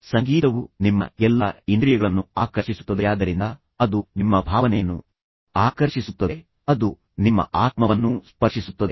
ಸಂಗೀತವು ನಿಮ್ಮ ಎಲ್ಲಾ ಇಂದ್ರಿಯಗಳನ್ನು ಆಕರ್ಷಿಸುತ್ತದೆಯಾದ್ದರಿಂದ ಅದು ನಿಮ್ಮ ಭಾವನೆಯನ್ನು ಆಕರ್ಷಿಸುತ್ತದೆ ಅದು ನಿಮ್ಮ ಆತ್ಮವನ್ನೂ ಸ್ಪರ್ಶಿಸುತ್ತದೆ